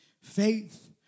Faith